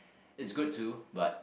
is good to but